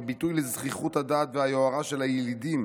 כביטוי לזחיחות הדעת והיוהרה של הילידים